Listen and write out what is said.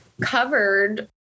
covered